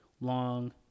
long